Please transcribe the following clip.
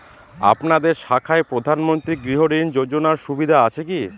আপনাদের শাখায় প্রধানমন্ত্রী গৃহ ঋণ যোজনার সুবিধা আছে কি?